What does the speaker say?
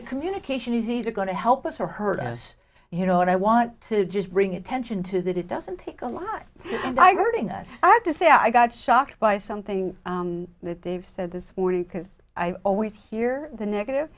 communication is easy going to help us or hurt us you know what i want to just bring attention to that it doesn't take a lot of diverting that i have to say i got shocked by something that they've said this morning because i always hear the negative